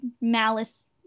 malice